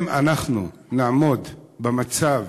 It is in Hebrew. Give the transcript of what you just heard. אם אנחנו נעמוד במצב,